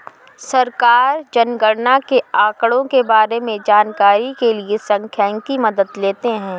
सरकार जनगणना के आंकड़ों के बारें में जानकारी के लिए सांख्यिकी की मदद लेते है